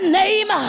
name